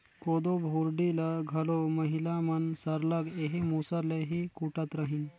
कोदो भुरडी ल घलो महिला मन सरलग एही मूसर ले ही कूटत रहिन